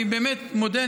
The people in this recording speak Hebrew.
אני באמת מודה,